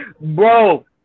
Bro